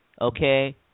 Okay